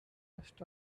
rest